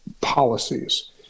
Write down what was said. policies